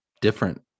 different